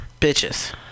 bitches